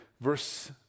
verse